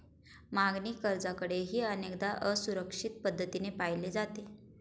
मागणी कर्जाकडेही अनेकदा असुरक्षित पद्धतीने पाहिले जाते